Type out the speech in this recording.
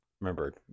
Remember